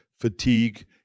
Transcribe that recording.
fatigue